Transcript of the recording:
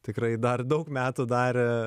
tikrai dar daug metų darė